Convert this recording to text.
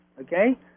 okay